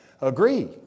agree